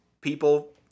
people